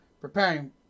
Preparing